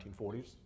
1940s